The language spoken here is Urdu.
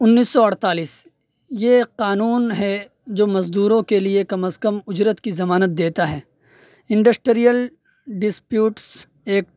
انیس سو اڑتالیس یہ قانون ہے جو مزدوروں کے لیے کم از کم اجرت کی ضمانت دیتا ہے انڈسٹریل ڈسپیوٹس ایکٹس